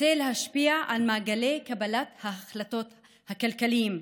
רוצה להשפיע על מעגלי קבלת ההחלטות הכלכליים,